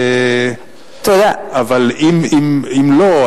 אבל אם לא,